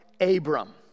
Abram